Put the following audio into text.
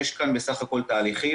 יש כאן בסך הכל תהליכים,